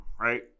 right